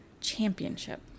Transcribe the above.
Championship